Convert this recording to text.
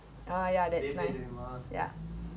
for me beyblade was like err how to say all the